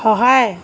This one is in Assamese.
সহায়